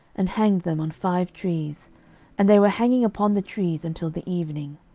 and hanged them on five trees and they were hanging upon the trees until the evening.